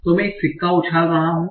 तो मैं एक सिक्का उछाल रहा हूं